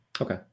Okay